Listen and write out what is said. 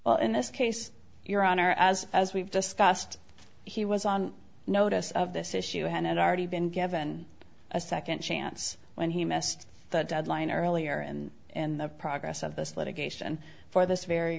crime in this case your honor as as we've discussed he was on notice of this issue had already been given a second chance when he missed the deadline earlier and and the progress of this litigation for this very